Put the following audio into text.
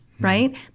right